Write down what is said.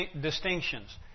distinctions